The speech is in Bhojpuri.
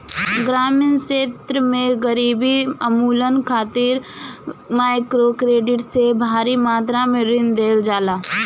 ग्रामीण क्षेत्र में गरीबी उन्मूलन खातिर माइक्रोक्रेडिट से भारी मात्रा में ऋण देहल जाला